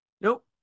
nope